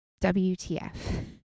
wtf